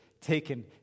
taken